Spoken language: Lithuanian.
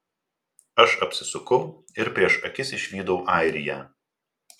aš apsisukau ir prieš akis išvydau airiją